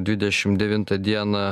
dvidešim devintą dieną